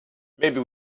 maybe